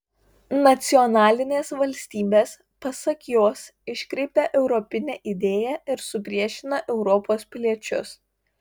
nacionalinės valstybės pasak jos iškreipia europinę idėją ir supriešina europos piliečius